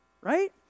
right